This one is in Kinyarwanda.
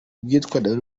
rwitwa